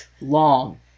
long